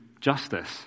justice